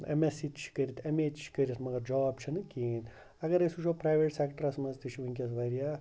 M S C تہِ چھِ کٔرِتھ ایٚم اے تہِ چھِ کٔرِتھ مگر جاب چھِنہٕ کِہیٖنۍ اگر أسۍ وٕچھو پرٛایویٹ سیٚکٹَرَس منٛز تہِ چھِ وٕنکٮ۪س وارِیاہ